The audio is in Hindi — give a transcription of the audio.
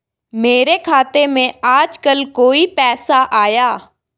मेरे खाते में आजकल कोई पैसा आया?